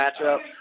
matchup